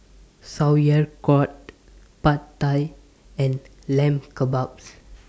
Sauerkraut Pad Thai and Lamb Kebabs